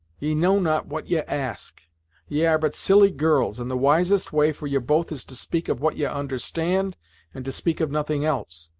ye know not what ye ask ye are but silly girls, and the wisest way for ye both is to speak of what ye understand and to speak of nothing else.